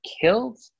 killed